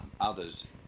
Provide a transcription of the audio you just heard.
others